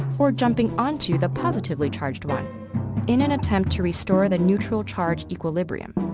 or jumping onto the positively charged one in an attempt to restore the neutral charge equilibrium.